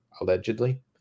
allegedly